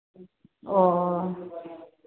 ओ